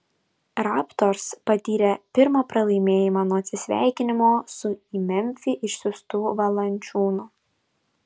raptors patyrė pirmą pralaimėjimą nuo atsisveikinimo su į memfį išsiųstu valančiūnu